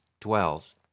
dwells